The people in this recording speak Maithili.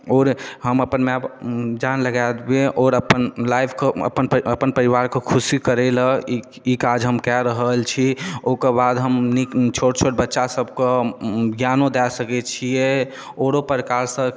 आओर हम अपन माए जान लगाए देबै आओर अपन लाइफके अपन अपन परिवारके खुशी करै लए ई काज हम कए रहल छी ओकर बाद हम नीक छोट छोट बच्चा सबके ज्ञानो दए सकै छियै आओरो प्रकार सऽ